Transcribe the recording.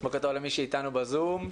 בוקר טוב למי שאיתנו בזום.